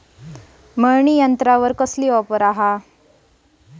मळणी यंत्रावर काय ऑफर आहे?